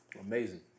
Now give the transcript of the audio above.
Amazing